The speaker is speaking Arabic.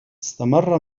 استمر